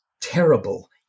terrible